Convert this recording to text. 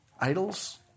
idols